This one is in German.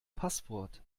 passwort